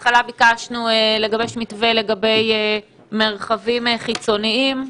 בהתחלה ביקשנו לגבש מתווה לגבי מרחבים חיצוניים,